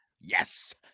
Yes